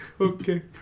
okay